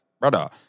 brother